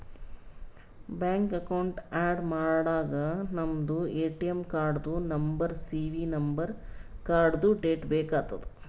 bank account add ಮಾಡಾಗ ನಮ್ದು ATM ಕಾರ್ಡ್ದು ನಂಬರ್ ಸಿ.ವಿ ನಂಬರ್ ಕಾರ್ಡ್ದು ಡೇಟ್ ಬೇಕ್ ಆತದ್